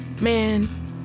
Man